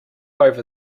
over